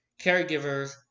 caregivers